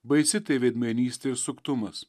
baisi tai veidmainystė ir suktumas